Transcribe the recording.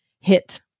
hit